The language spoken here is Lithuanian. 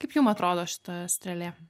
kaip jum atrodo šita strėlė